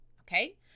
okay